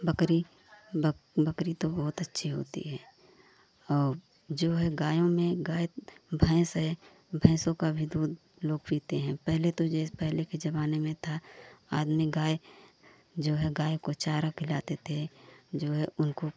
बकरी बक बकरी तो बहुत अच्छी होती है और जो है गायों में गाय भैंस है भैंसों का भी दूध लोग पीते हैं पहले तो जो पहले के ज़माने में था आदमी गाय जो है गाय को चारा खिलाते थे जो है उनको